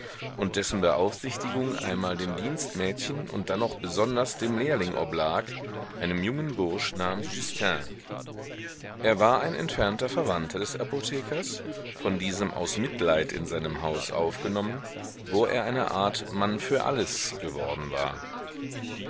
und dessen beaufsichtigung einmal dem dienstmädchen und dann noch besonders dem lehrling oblag einem jungen burschen namens justin er war ein entfernter verwandter des apothekers von diesem aus mitleid in seinem haus aufgenommen wo er eine art mann für alles geworden war